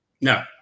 No